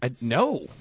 No